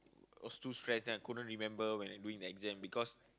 I was too stress I couldn't remember when I am doing the exam because